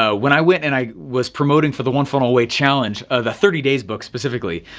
ah when i went and i was promoting for the one funnel away challenge of the thirty days book specifically,